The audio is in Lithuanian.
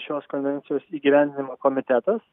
šios konvencijos įgyvendinimo komitetas